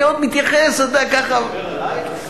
אני עוד מתייחס, אתה יודע ככה, אתה מדבר עלי?